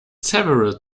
several